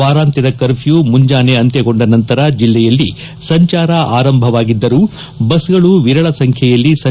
ವಾರಾಂತ್ಯದ ಕರ್ಫ್ಯೂ ಮುಂಜಾನೆ ಅಂತ್ಯಗೊಂಡ ನಂತರ ಜಿಲ್ಲೆಯಲ್ಲಿ ಸಂಚಾರ ಆರಂಭವಾಗಿದ್ದರೂ ಬಸ್ಗಳು ವಿರಳ ಸಂಬ್ಹೆಯಲ್ಲಿ ಸಂಚರಿಸುತ್ತಿವೆ